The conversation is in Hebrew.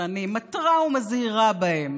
ואני מתרה בהם ומזהירה אותם